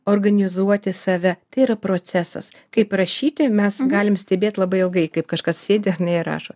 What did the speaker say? organizuoti save tai yra procesas kaip prašyti mes galim stebėt labai ilgai kaip kažkas sėdi rašo